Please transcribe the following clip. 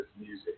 music